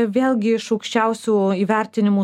vėlgi iš aukščiausių įvertinimų